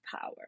power